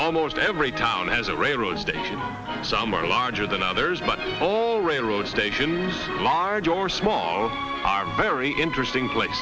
almost every town has a railroad station some are larger than others but all railroad station large or small are very interesting place